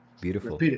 Beautiful